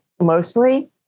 mostly